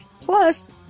Plus